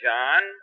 John